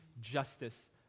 justice